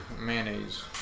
mayonnaise